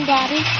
Daddy